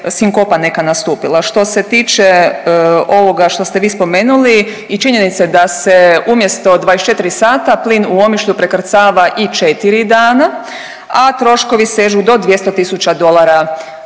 neka nastupila. Što se tiče ovoga što ste vi spomenuli i činjenice da se umjesto 24 sata plin u Omišlju prekrcava i 4 dana, a troškovi sežu do 200 tisuća dolara